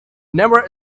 never